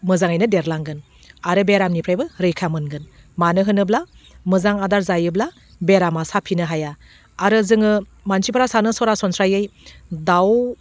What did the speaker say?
मोजाङैनो देरलांगोन आरो बेरामनिफ्रायबो रैखा मोनगोन मानो होनोब्ला मोजां आदार जायोब्ला बेरामा साफिनो हाया आरो जोङो मानसिफोरा सानो सरासनस्रायै दाउ